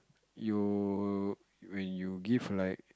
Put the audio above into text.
you when you give like